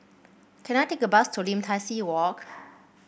can I take a bus to Lim Tai See Walk